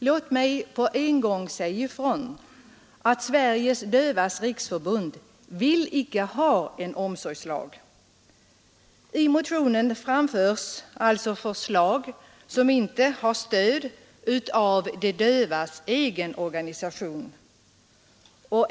Låt mig på en gång säga ifrån att Sveriges dövas riksförbund icke vill ha en omsorgslag. I motionen framförs alltså förslag som inte har stöd av de dövas egen organisation.